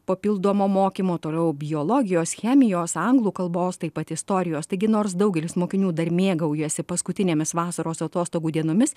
papildomo mokymo toliau biologijos chemijos anglų kalbos taip pat istorijos taigi nors daugelis mokinių dar mėgaujasi paskutinėmis vasaros atostogų dienomis